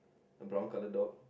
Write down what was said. a brown colour dog